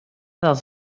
dels